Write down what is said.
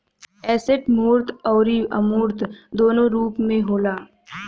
asset मूर्त अउरी अमूर्त दूनो रूप में होला